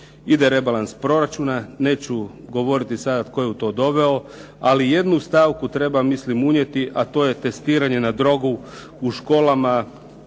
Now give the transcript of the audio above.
Ide rebalans proračuna. Neću govoriti sada tko je u to doveo, ali jednu stavku treba mislim unijeti, a to je testiranje na drogu u školama,